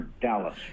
Dallas